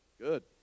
good